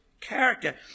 character